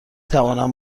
توانم